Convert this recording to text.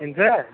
ఏంటి సార్